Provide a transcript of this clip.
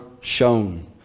shown